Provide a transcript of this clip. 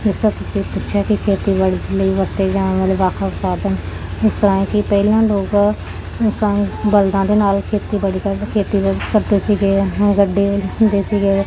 ਜਿਸ ਤਰ੍ਹਾਂ ਤੁਸੀਂ ਪੁੱਛਿਆ ਕਿ ਖੇਤੀਬਾੜੀ ਲਈ ਵਰਤੇ ਜਾਣ ਵਾਲੇ ਵੱਖ ਵੱਖ ਸਾਧਨ ਜਿਸ ਤਰ੍ਹਾਂ ਕਿ ਪਹਿਲਾਂ ਲੋਕ ਸੰਗ ਬਲਦਾਂ ਦੇ ਨਾਲ ਖੇਤੀਬਾੜੀ ਕਰਦੇ ਖੇਤੀ ਦੇ ਕਰਦੇ ਸੀਗੇ ਹੁ ਗੱਡੇ ਹੁੰਦੇ ਸੀਗੇ